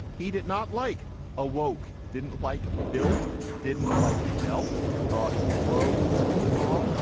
he did not like a woak, didn't like built, didn't like delt thought fros was wrong,